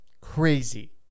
Crazy